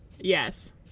Yes